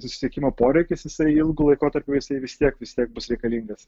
susisiekimo poreikis jisai ilgu laikotarpiu jisai vis tiek vis tiek bus reikalingas